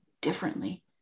differently